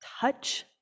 Touch